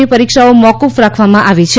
ની પરિક્ષાઓ મોકૂફ રાખવામાં આવી છે